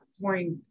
point